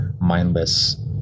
mindless